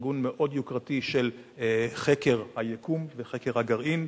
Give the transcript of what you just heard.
ארגון מאוד יוקרתי של חקר היקום וחקר הגרעין.